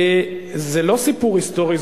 זה לא סיפור היסטורי,